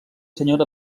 senyora